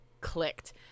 clicked